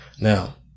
Now